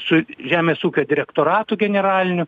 su žemės ūkio direktoratu generaliniu